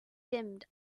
dimmed